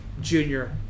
junior